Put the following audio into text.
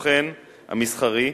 הסוכן המסחרי,